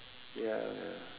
ya ya